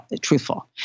truthful